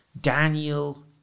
Daniel